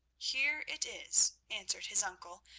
here it is, answered his uncle,